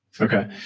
Okay